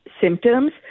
symptoms